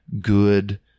good